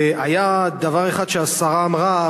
והיה דבר אחד שהשרה אמרה,